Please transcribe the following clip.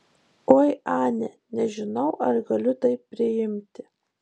oi ane nežinau ar galiu tai priimti